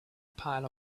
pile